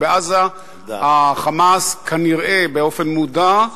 ובעזה ה"חמאס", כנראה באופן מודע,